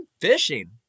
fishing